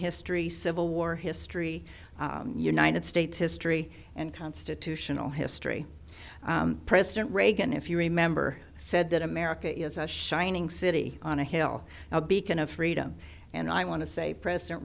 history civil war history united states history and constitutional history president reagan if you remember said that america is a shining city on a hill now beacon of freedom and i want to say president